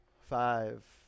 Five